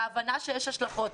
בהבנה שיש השלכות,